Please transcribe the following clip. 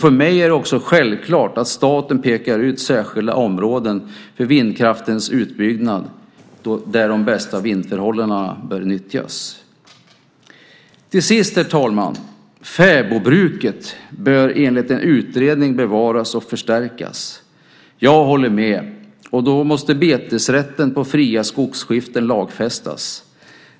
För mig är det också självklart att staten pekar ut särskilda områden för vindkraftens utbyggnad där de bästa vindförhållandena bör nyttjas. Till sist, herr talman, bör fäbodbruket enligt en utredning bevaras och förstärkas. Jag håller med. Då måste betesrätten på fria skogsskiften lagfästas.